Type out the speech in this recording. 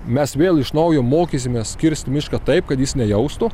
mes vėl iš naujo mokysimės kirst mišką taip kad jis nejaustų